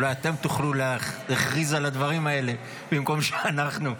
אולי אתם תוכלו להכריז על הדברים האלה במקום שאנחנו,